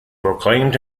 proclaimed